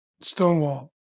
Stonewall